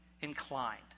inclined